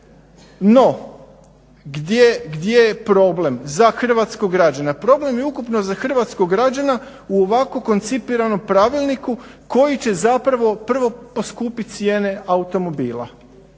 no gdje je problem za hrvatskog građana. Problem je ukupno za hrvatskog građana u ovako koncipiranom pravilniku koji će zapravo prvo poskupiti cijene automobila,